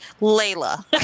Layla